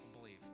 believe